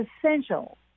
essential